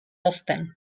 hozten